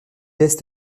est